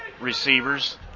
receivers